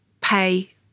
pay